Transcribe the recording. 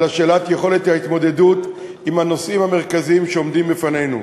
אלא שאלת יכולת ההתמודדות עם הנושאים המרכזיים שעומדים לפנינו.